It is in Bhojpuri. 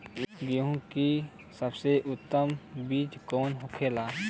गेहूँ की सबसे उत्तम बीज कौन होखेला?